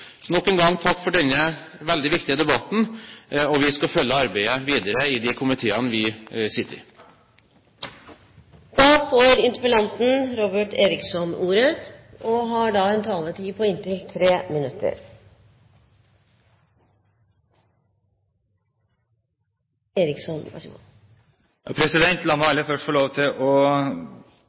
Nok en gang takk for denne veldig viktige debatten. Vi skal følge arbeidet videre i de komiteene vi sitter i. La meg aller først få lov til å takke både statsråden og alle som har bidratt i debatten. Jeg synes det har vært en god